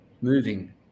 moving